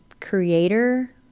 creator